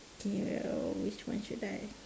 okay uh which one should I